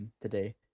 today